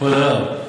כבוד הרב.